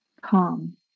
calm